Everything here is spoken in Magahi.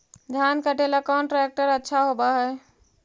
धान कटे ला कौन ट्रैक्टर अच्छा होबा है?